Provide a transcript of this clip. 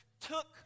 took